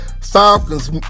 Falcons